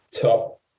top